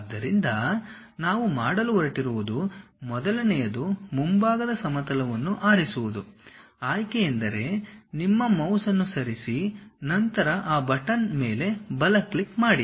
ಆದ್ದರಿಂದ ನಾವು ಮಾಡಲು ಹೊರಟಿರುವುದು ಮೊದಲನೆಯದು ಮುಂಭಾಗದ ಸಮತಲವನ್ನು ಆರಿಸುವುದು ಆಯ್ಕೆ ಎಂದರೆ ನಿಮ್ಮ ಮೌಸ್ ಅನ್ನು ಸರಿಸಿ ನಂತರ ಆ ಬಟನ್ ಮೇಲೆ ಬಲ ಕ್ಲಿಕ್ ಮಾಡಿ